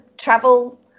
travel